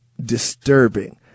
disturbing